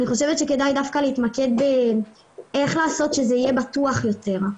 אני חושבת שכדאי דווקא להתמקד באיך לעשות שזה יהיה בטוח יותר.